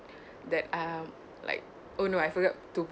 that um like oh no I forgot to